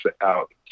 out